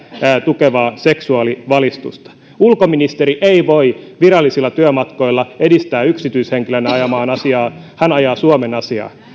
tukevaa seksuaalivalistusta ulkoministeri ei voi virallisilla työmatkoilla edistää yksityishenkilönä ajamaansa asiaa hän ajaa suomen asiaa